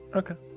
okay